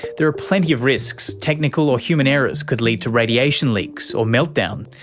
there are plenty of risks technical or human errors could lead to radiation leaks or meltdown,